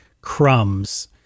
crumbs